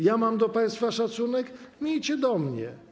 Ja mam do państwa szacunek - miejcie do mnie.